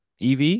EV